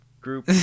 group